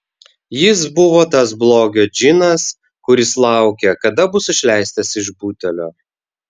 jis buvo tas blogio džinas kuris laukia kada bus išleistas iš butelio